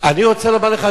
אני רוצה לומר לך,